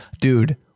dude